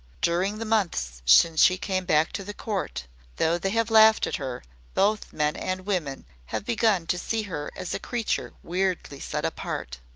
during the months since she came back to the court though they have laughed at her both men and women have begun to see her as a creature weirdly set apart.